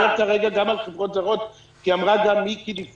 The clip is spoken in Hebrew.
אני דווקא מדבר כרגע גם על חברות זרות כי אמרה גם מיקי חיימוביץ